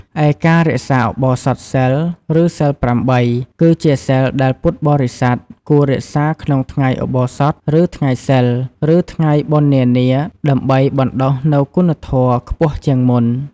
ឯការរក្សាឧបោសថសីល ឬសីល ៨ គឺជាសីលដែលពុទ្ធបរិស័ទគួររក្សាក្នុងថ្ងៃឧបោសថ ឬថ្ងៃសីល ឬថ្ងៃបុណ្យនានា ដើម្បីបណ្ដុះនូវគុណធម៌ខ្ពស់ជាងមុន។